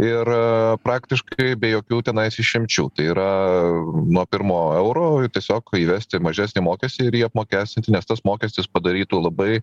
ir praktiškai be jokių tenais išimčių tai yra nuo pirmo euro tiesiog įvesti mažesnį mokestį ir jį apmokestinti nes tas mokestis padarytų labai